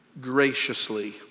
graciously